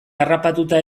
harrapatuta